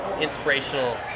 inspirational